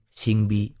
singbi